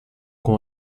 com